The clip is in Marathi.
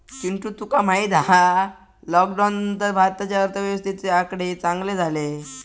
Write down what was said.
चिंटू तुका माहित हा लॉकडाउन नंतर भारताच्या अर्थव्यवस्थेचे आकडे चांगले झाले